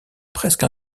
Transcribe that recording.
presque